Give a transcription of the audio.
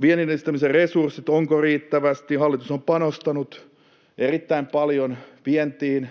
Vienninedistämisresurssit, onko riittävästi? Hallitus on panostanut erittäin paljon vientiin.